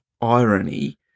irony